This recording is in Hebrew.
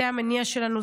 זה המניע שלנו,